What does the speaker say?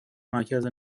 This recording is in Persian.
مرکز